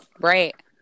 Right